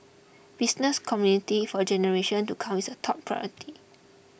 business continuity for generations to come is a top priority